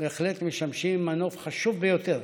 בהחלט משמשים מנוף חשוב ביותר